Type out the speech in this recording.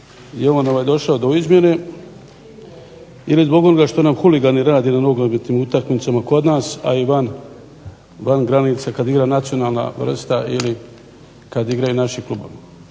nogometa došao do izmjene ili zbog onoga što nam huligani rade na nogometnim utakmicama kod nas a i van granica kada igra nacionalna vrsta ili kada igraju naši klubovi.